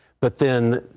but then,